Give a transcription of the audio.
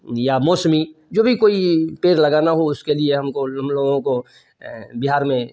या मौसमी जो भी कोई पेड़ लगाना हो उसके लिए हम को हम लोगों को बिहार में